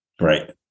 Right